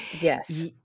Yes